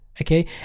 Okay